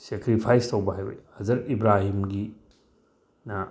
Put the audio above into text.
sacrifice ꯇꯧꯕ ꯑꯖꯔꯤꯠ ꯏꯕ꯭ꯔꯥꯍꯤꯝꯒꯤꯅ